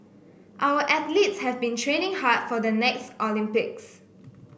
our athletes have been training hard for the next Olympics